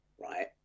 right